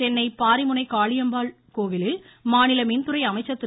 சென்னை பாரிமுனை காளிகாம்பாள் கோவிலில் மாநில மின் துறை அமைச்சர் திரு